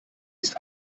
ist